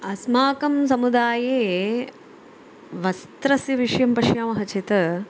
अस्माकं समुदाये वस्त्रस्य विषयं पश्यामः चेत्